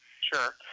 Sure